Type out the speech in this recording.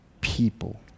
people